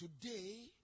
Today